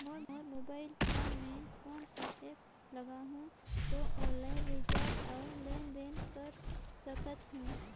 मोर mobile phone मे कोन सा एप्प लगा हूं तो ऑनलाइन रिचार्ज और लेन देन कर सकत हू?